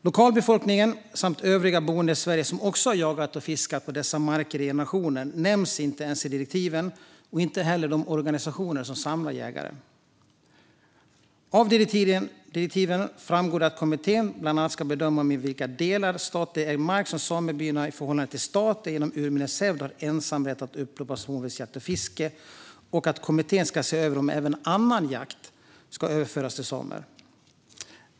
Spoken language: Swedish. Lokalbefolkningen och övriga boende i Sverige som också har jagat och fiskat på dessa marker i generationer nämns inte ens i direktiven, och det gör inte heller de organisationer som samlar jägare. Av direktiven framgår att kommittén bland annat ska bedöma inom vilka delar av statligt ägd mark som samebyar i förhållande till staten genom urminnes hävd har ensamrätt att upplåta småviltsjakt och fiske och att kommittén ska se över om även annan jakt ska överföras till samer.